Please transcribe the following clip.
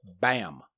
bam